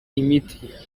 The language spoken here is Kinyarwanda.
imiti